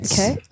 Okay